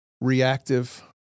reactive